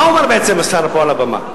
מה אומר בעצם השר, פה על הבמה?